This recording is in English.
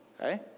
Okay